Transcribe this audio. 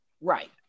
Right